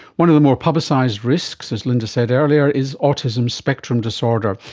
one of the more publicised risks, as linda said earlier, is autism spectrum disorder,